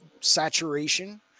saturation